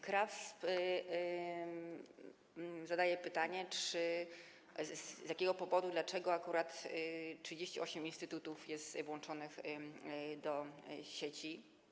KRASP zadaje pytanie, z jakiego powodu, dlaczego akurat 38 instytutów jest włączonych do sieci.